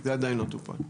וזה עדיין לא טופל.